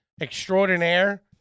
extraordinaire